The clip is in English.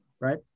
right